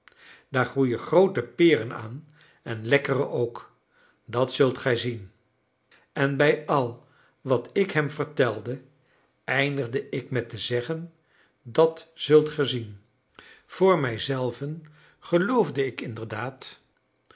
daar groeien groote peren aan en lekkere ook dat zult gij zien en bij al wat ik hem vertelde eindigde ik met te zeggen dat zult gij zien voor mijzelven geloofde ik inderdaad